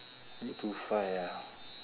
eight to five ah